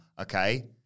Okay